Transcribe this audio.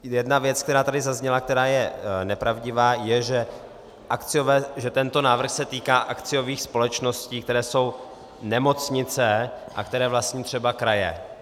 Jedna věc, která tady zazněla, která je nepravdivá, je, že tento návrh se týká akciových společností, které jsou nemocnice a které vlastní třeba kraje.